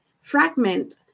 fragment